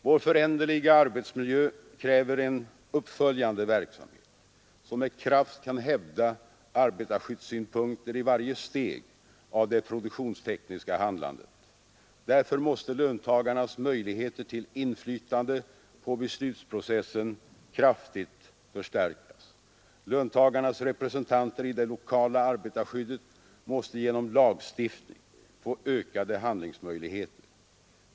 Vår föränderliga arbetsmiljö kräver en uppföljande verksamhet som med kraft kan hävda arbetarskyddssynpunkter i varje steg av det produktionstekniska handlandet. Därför måste löntagarnas möjligheter till inflytande på beslutsprocessen kraftigt förstärkas. Löntagarnas representanter i det lokala arbetarskyddet måste genom lagstiftning få ökade handlingsmöjligheter.